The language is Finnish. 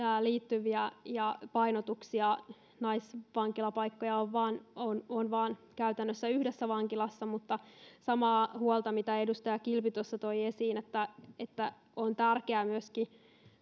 liittyviä painotuksia naisvankilapaikkoja on käytännössä vain yhdessä vankilassa mutta tuon esiin samaa huolta mitä edustaja kilpi tuossa toi esiin on tärkeää myöskin